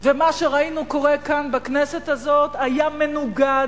ומה שראינו קורה כאן בכנסת הזאת היה מנוגד,